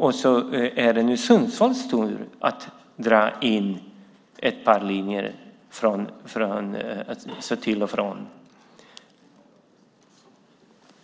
Nu är det Sundsvalls tur att få ett par linjer till och från